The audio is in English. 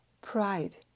pride